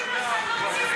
נגד ביטול מוסדות,